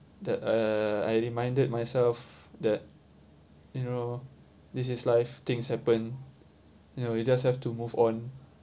that uh I reminded myself that you know this is life things happen you know you just have to move on